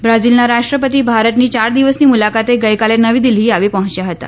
બ્રાઝીલના રાષ્ટ્રપતિ ભારતની ચાર દિવસની મુલાકાતે ગઇકાલે નવી દિલ્ફી આવી પહોંચ્યા હતા